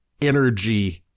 energy